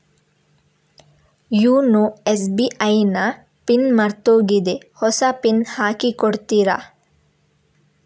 YONO SBI ನ PIN ಮರ್ತೋಗಿದೆ ಹೊಸ ಪಿನ್ ಹಾಕಿ ಕೊಡ್ತೀರಾ?